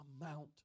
amount